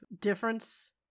difference